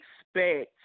expect